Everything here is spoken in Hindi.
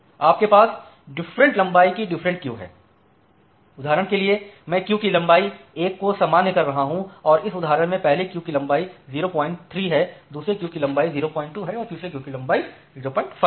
आपके पास डिफरेंट लंबाई की डिफरेंट क्यू हैं उदाहरण के लिए मैं क्यू की लंबाई 1 को सामान्य कर रहा हूं और इस उदाहरण में पहली क्यू की लंबाई 03 है दूसरी क्यू की लंबाई 02 है और तीसरी क्यू की लंबाई 05 है